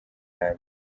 yanjye